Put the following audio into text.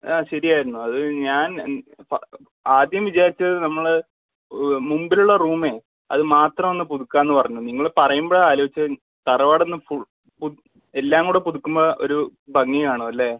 ആ ശരി ആയിരുന്നു അത് ഞാൻ ആദ്യം വിചാരിച്ചത് നമ്മൾ മുമ്പിലുള്ള റൂം അത് മാത്രം ഒന്നു പുതുക്കാമെന്ന് പറഞ്ഞു നിങ്ങൾ പറയുമ്പോഴാണ് ആലോചിച്ചത് തറവാട് ഒന്ന് എല്ലാം കൂടെ പുതുകുമ്പോൾ ഒരു ഭംഗി കാണും അല്ലേ